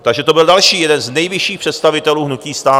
Takže to byl další jeden z nejvyšších představitelů hnutí STAN.